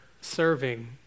serving